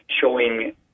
showing